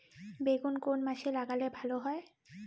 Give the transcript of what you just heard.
বেগুন কোন মাসে লাগালে ভালো হয়?